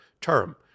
term